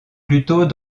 plutôt